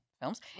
films